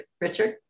Richard